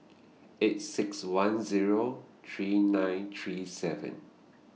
eight six one Zero three nine three seven